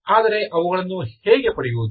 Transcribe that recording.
ಆದರೆ ಅವುಗಳನ್ನು ಹೇಗೆ ಪಡೆಯುವುದು